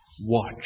Watch